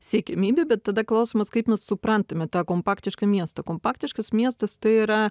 siekiamybė bet tada klausimas kaip mes suprantame tą kompaktišką miestą kompaktiškas miestas tai yra